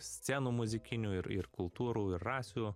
scenų muzikinių ir ir kultūrų rasių